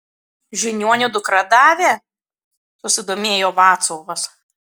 žiniuonio dukra davė susidomėjo vaclovas